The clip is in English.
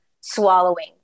swallowing